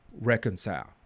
reconcile